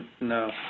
No